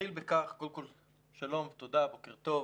קודם כל שלום, תודה, בוקר טוב.